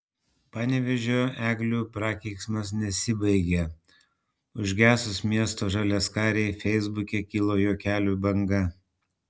panevėžio eglių prakeiksmas nesibaigia užgesus miesto žaliaskarei feisbuke kilo juokelių banga